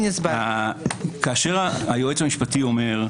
כאשר היועץ המשפטי אומר: